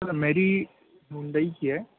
سر میری ہونڈئی کی ہے